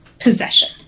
possession